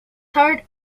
third